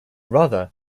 rather